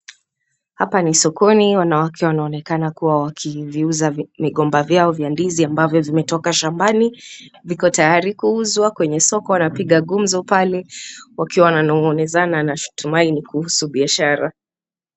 Hapa ni sokoni wanawake wanaonekana kuwa wakiviuza migomba vyao vya ndizi ambavyo vimetoka shambani viko tayari kuuzwa kwenye soko wanapiga gumzo pale wakiwa wananung'unizana natumai ni kuhusu biashara.